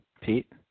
Pete